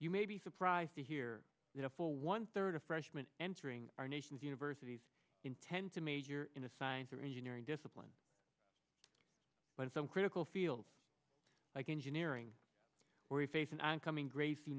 you may be surprised to hear that a full one third of freshman entering our nation's universities intend to major in a science or engineering discipline but some critical fields like engineering or you face an on coming grac